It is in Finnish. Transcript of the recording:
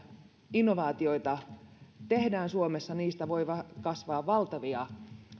innovaatioita tehdään suomessa voi kasvaa valtavia